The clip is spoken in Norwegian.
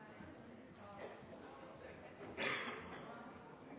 saka til